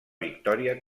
victòria